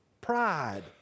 Pride